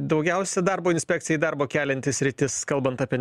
daugiausia darbo inspekcijai darbo kelianti sritis kalbant apie